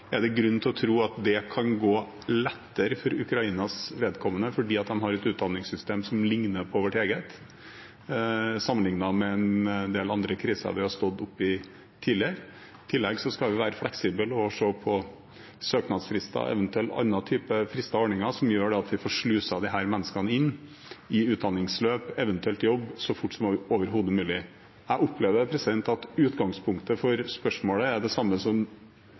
er det grunn til å tro at det kan gå lettere for Ukrainas vedkommende fordi de har et utdanningssystem som ligner på vårt eget, sammenlignet med en del andre kriser vi har stått oppe i tidligere. I tillegg skal vi være fleksible og se på søknadsfrister og eventuelt andre typer frister og ordninger som gjør at vi får sluset disse menneskene inn i utdanningsløp og eventuelt jobb så fort som overhodet mulig. Jeg opplever at utgangspunktet for spørsmålet er det samme som